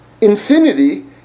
infinity